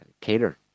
cater